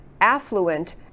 affluent